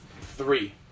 three